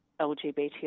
LGBTI